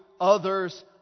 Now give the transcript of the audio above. others